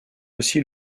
aussi